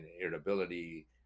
irritability